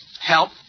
help